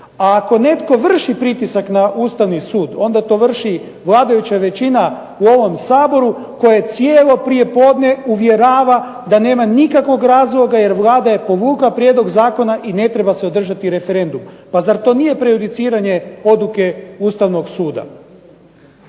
A ako netko vrši pritisak na Ustavni sud onda to vrši vladajuća većina u ovom Saboru koja cijelo prijepodne uvjerava da nema nikakvog razloga jer Vlada je povukla prijedlog zakona i ne treba se održati referendum. Pa zar to nije prejudiciranje odluke Ustavnog suda?